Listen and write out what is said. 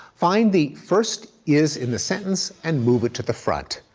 find the first is in the sentence and move it to the front.